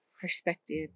perspective